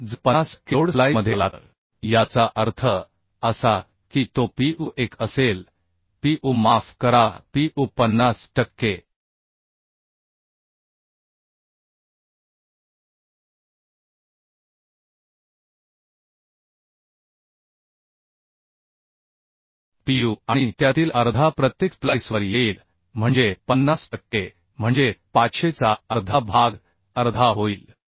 तर जर 50 टक्के लोड स्प्लाइसमध्ये आला तर याचा अर्थ असा की तो PU 1 असेल PU माफ करा PU 50 टक्के PU आणि त्यातील अर्धा प्रत्येक स्प्लाइसवर येईल म्हणजे 50 टक्के म्हणजे 500 चा अर्धा भाग अर्धा होईल